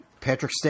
Patrick